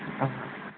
ಹಾಂ ಹಾಂ